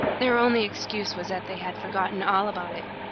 their only excuse was that they had forgotten all about it.